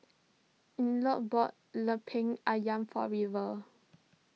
Elliot bought Lemper Ayam for River